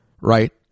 right